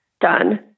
done